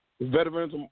Veterans